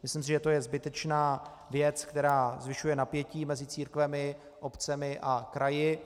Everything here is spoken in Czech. Myslím si, že to je zbytečná věc, která zvyšuje napětí mezi církvemi, obcemi a kraji.